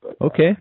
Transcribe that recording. Okay